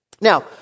Now